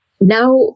Now